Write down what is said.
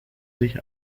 sich